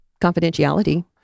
confidentiality